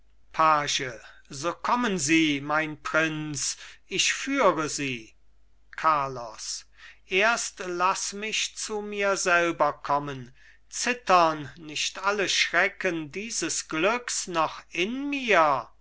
page so kommen sie mein prinz ich führe sie carlos erst laß mich zu mir selber kommen zittern nicht alle schrecken dieses glücks noch in mir